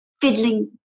fiddling